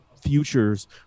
Future's